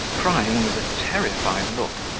crying, with a terrified look,